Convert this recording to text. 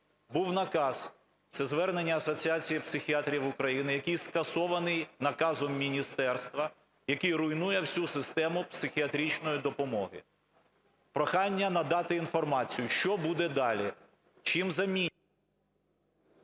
був наказ, це звернення Асоціації психіатрів України, який скасований наказом міністерства, який руйнує всю систему психіатричної допомоги. Прохання надати інформацію, що буде далі, чим замінять…?